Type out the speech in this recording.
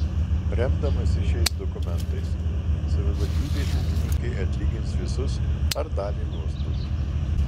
remdamasi šiais dokumentais savivaldybė ūkininkei atlygins visus ar dalį nuostolių